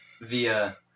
Via